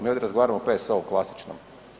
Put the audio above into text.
Mi ovdje razgovaramo o PSO-u klasičnom.